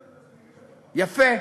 יפה,